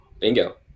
Bingo